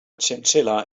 chinchilla